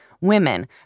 Women